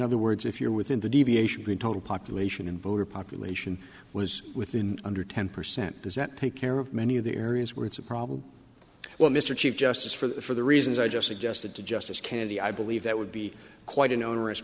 other words if you're within the deviation total population and boomer population was within under ten percent does that take care of many of the areas where it's a problem well mr chief justice for the for the reasons i just suggested to justice kennedy i believe that would be quite an